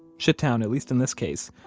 shittown, at least in this case,